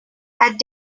had